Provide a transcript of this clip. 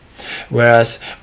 Whereas